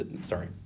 Sorry